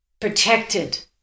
protected